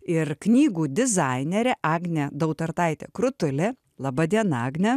ir knygų dizainerė agnė dautartaitė krutulė laba diena agne